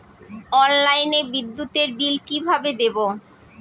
অনলাইনে বিদ্যুতের বিল কিভাবে দেব?